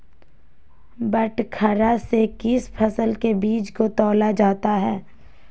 बटखरा से किस फसल के बीज को तौला जाता है?